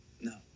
no